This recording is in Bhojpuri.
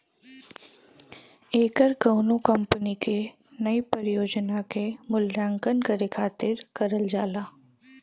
ऐकर कउनो कंपनी क नई परियोजना क मूल्यांकन करे खातिर करल जाला